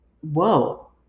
whoa